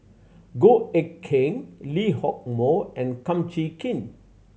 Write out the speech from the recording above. Goh Eck Kheng Lee Hock Moh and Kum Chee Kin